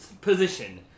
position